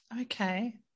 Okay